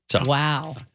Wow